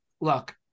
look